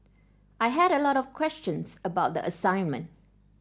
I had a lot of questions about the assignment